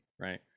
Right